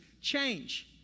change